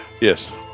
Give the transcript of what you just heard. yes